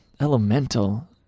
Elemental